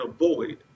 avoid